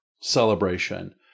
celebration